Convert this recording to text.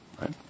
right